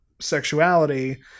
sexuality